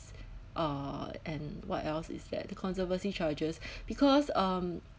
uh and what else is there conservancy charges because um